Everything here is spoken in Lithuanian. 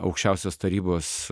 aukščiausios tarybos